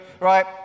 Right